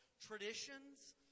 traditions